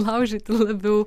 laužyti labiau